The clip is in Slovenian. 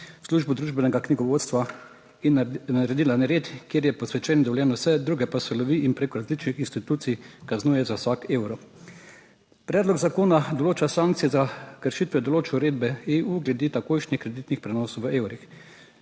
Službo družbenega knjigovodstva in naredila nered, kjer je posvečen dovoljeno vse, druge pa se lovi in preko različnih institucij kaznuje za vsak evro. Predlog zakona določa sankcije za kršitve določb uredbe EU glede takojšnjih kreditnih prenosov v evrih.